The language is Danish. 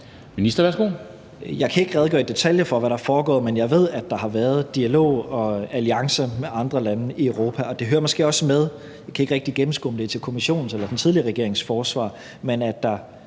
Tesfaye (fg.): Jeg kan ikke redegøre i detaljer for, hvad der er foregået, men jeg ved, at der har været dialog og alliancer med andre lande i Europa. Og det hører måske også med – jeg kan ikke rigtig gennemskue, om det er til Kommissionens eller den tidligere regerings forsvar – at der,